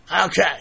Okay